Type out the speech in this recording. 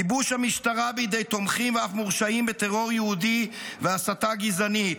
כיבוש המשטרה בידי תומכים ואף מורשעים בטרור יהודי והסתה גזענית,